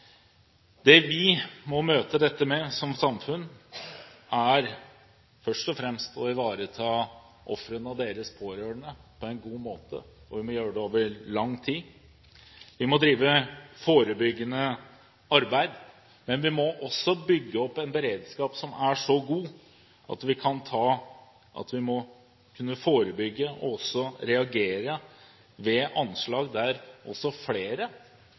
Det vi som samfunn må møte dette med, er først og fremst å ivareta ofrene og deres pårørende på en god måte, og vi må gjøre det over lang tid. Vi må drive forebyggende arbeid. Vi må også bygge opp en beredskap som er så god at vi kan forebygge og reagere ved anslag der også flere